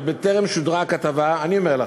עוד בטרם שודרה הכתבה, אני אומר לך,